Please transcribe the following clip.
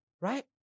right